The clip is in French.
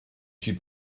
suis